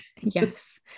Yes